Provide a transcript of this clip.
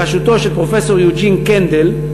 בראשותו של פרופסור יוג'ין קנדל.